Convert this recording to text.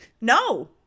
no